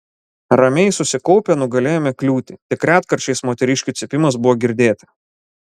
ramiai susikaupę nugalėjome kliūtį tik retkarčiais moteriškių cypimas buvo girdėti